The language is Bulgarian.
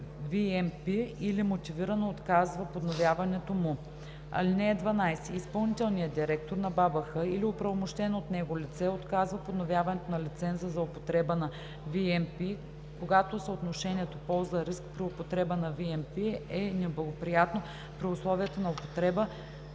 ВМП или мотивирано отказва подновяването му. (12) Изпълнителният директор на БАБХ или оправомощено от него лице отказва подновяването на лиценза за употреба на ВМП, когато съотношението полза/риск при употреба на ВМП е неблагоприятно при условията на употреба,